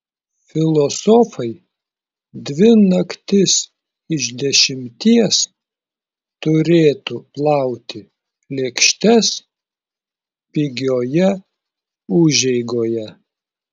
filosofai dvi naktis iš dešimties turėtų plauti lėkštes pigioje užeigoje